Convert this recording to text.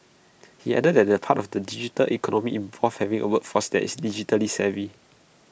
he added that the part of the digital economy involves having A workforce that is digitally savvy